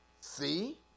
see